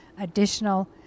additional